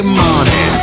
money